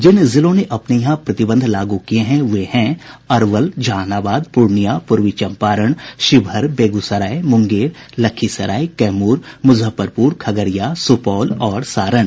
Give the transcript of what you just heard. जिन जिलों ने अपने यहां प्रतिबंध लागू किये हैं वे हैं अरवल जहानाबाद पूर्णिया पूर्वी चंपारण शिवहर बेगूसराय मुंगेर लखीसराय कैमूर मुजफ्फरपुर खगड़िया सुपौल और सारण